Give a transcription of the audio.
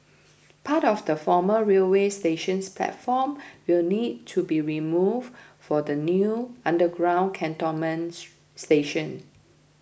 part of the former railway station's platform will need to be removed for the new underground cantonment station